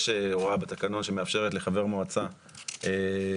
יש הוראה בתקנון שמאפשרת לחבר מועצה להפיץ